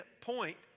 point